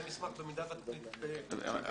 זה מסמך במידה והתכנית --- בסדר,